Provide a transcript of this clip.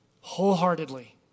wholeheartedly